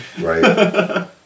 Right